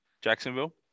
Jacksonville